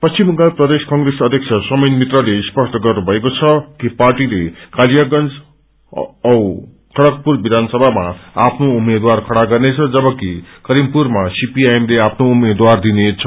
पश्चिम बंगाल प्रदेश कंग्रेस अध्यक्षद्वारा सोमेन मित्रले स्पष्ट गर्नुभकऐ छ कि पार्टीले कालियाप्रज औ खड़गपुर विधानसभामा आफ्नो उम्मेद्वार खड़ा गर्नेछ जवकि करीमपुरमा सीपीआईएम ले आफ्नो उम्मेद्वार दिनेछ